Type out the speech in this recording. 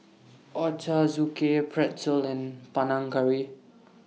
Ochazuke Pretzel and Panang Curry